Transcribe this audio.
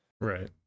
right